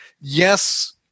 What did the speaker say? yes